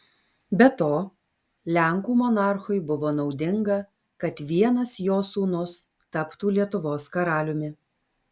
be to lenkų monarchui buvo naudinga kad vienas jo sūnus taptų lietuvos karaliumi